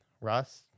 Russ